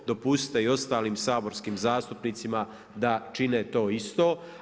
Dopustite i ostalim saborskim zastupnicima da čine to isto.